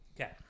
Okay